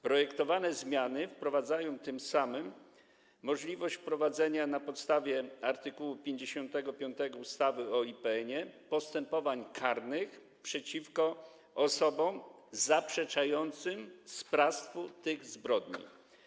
Projektowane zmiany wprowadzają tym samym możliwość prowadzenia na podstawie art. 55 ustawy o IPN-ie postępowań karnych przeciwko osobom zaprzeczającym sprawstwu tych zbrodni.